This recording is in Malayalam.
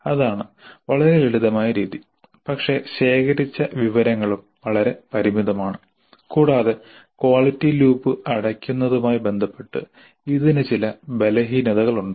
അതാണ് വളരെ ലളിതമായ രീതി പക്ഷേ ശേഖരിച്ച വിവരങ്ങളും വളരെ പരിമിതമാണ് കൂടാതെ ക്വാളിറ്റി ലൂപ്പ് അടയ്ക്കുന്നതുമായി ബന്ധപ്പെട്ട് ഇതിന് ചില ബലഹീനതകളുണ്ട്